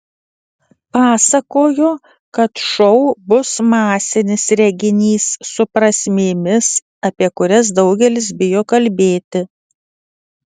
pasakojo kad šou bus masinis reginys su prasmėmis apie kurias daugelis bijo kalbėti